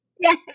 Yes